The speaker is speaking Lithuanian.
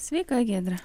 sveika giedre